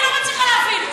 אני לא מצליחה להבין,